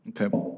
Okay